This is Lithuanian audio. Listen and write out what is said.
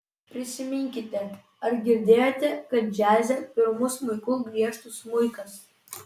prisiminkite ar girdėjote kad džiaze pirmu smuiku griežtų smuikas